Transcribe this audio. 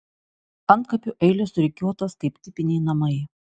antkapių eilės surikiuotos kaip tipiniai namai